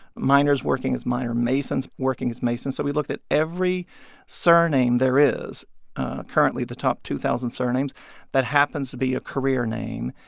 miners working as miners, masons working as masons. so we looked at every surname there is currently, the top two thousand surnames that happens to be a career name,